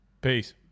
Peace